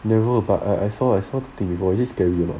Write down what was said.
never but I I saw I saw the thing before is it scary or not